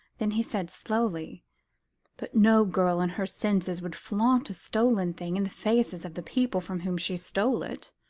then he said slowly but no girl in her senses would flaunt a stolen thing in the faces of the people from whom she stole it.